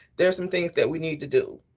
there's some things that we need to do.